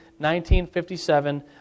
1957